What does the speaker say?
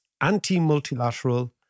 anti-multilateral